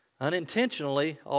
Unintentionally